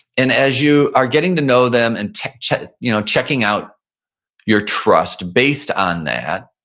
and as you are getting to know them and checking you know checking out your trust based on that,